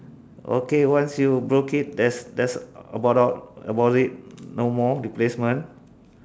okay once you broke it that's that's about out about it no more replacement